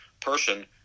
person